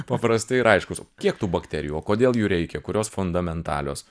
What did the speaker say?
paprasti ir aiškūs kiek tų bakterijų o kodėl jų reikia kurios fundamentalios